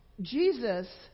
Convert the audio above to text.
Jesus